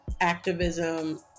activism